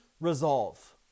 resolve